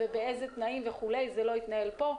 באילו תנאים וכו' כל זה לא יתנהל פה,